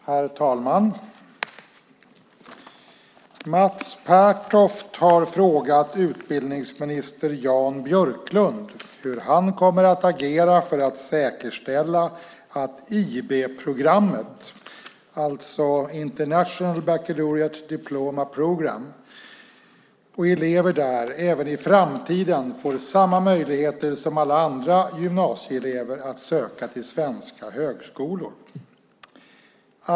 Herr talman! Mats Pertoft har frågat utbildningsminister Jan Björklund hur han kommer att agera för att säkerställa att elever på IB-programmet, det vill säga International Baccalaureate Diploma Programme, även i framtiden får samma möjligheter som alla andra gymnasieelever att söka till svenska högskolor.